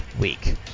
week